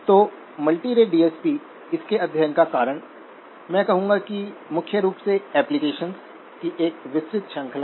तो multirate DSP इसके अध्ययन का कारण मैं कहूंगा कि मुख्य रूप से ऍप्लिकेशन्स की एक विस्तृत श्रृंखला है